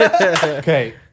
Okay